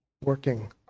working